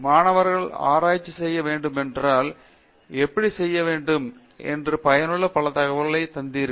மாணவர்கள் ஆராய்ச்சி செய்ய வேண்டும் என்றால் எப்படி செய்யப்பட வேண்டும் என்று பயனுள்ள பல தகவல்கள் தந்தீர்கள்